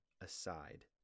aside